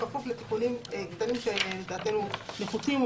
בכפוף לתיקונים גדולים שלדעתנו נחוצים,